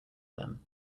them